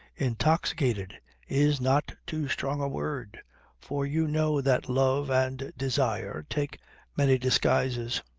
intoxicated is not too strong a word for you know that love and desire take many disguises.